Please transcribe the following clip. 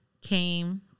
came